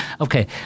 Okay